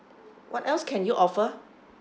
what else can you offer